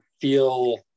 feel